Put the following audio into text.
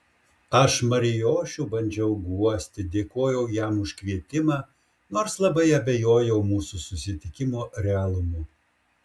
aš marijošių bandžiau guosti dėkojau jam už kvietimą nors labai abejojau mūsų susitikimo realumu